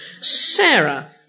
Sarah